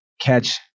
catch